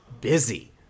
busy